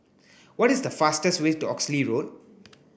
what is the fastest way to Oxley Road